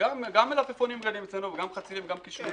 גם מלפפונים מגדלים אצלנו וגם חצילים, גם קישואים.